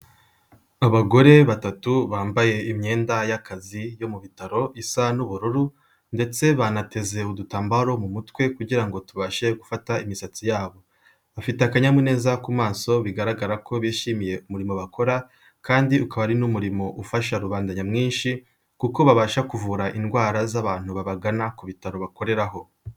Abagore batatu bambaye imyenda y'akazi yo mu bitaro isa n'ubururu ndetse banateze udutambaro mu mutwe kugira ngo tubashe gufata imisatsi yabo. Bafite akanyamuneza ku maso bigaragara ko bishimiye umurimo bakora kandi ukaba ari n'umurimo ufasha rubanda nyamwinshi kuko babasha kuvura indwara z'abantu babagana ku bitaro bakoreraho.